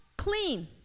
clean